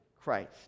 Christ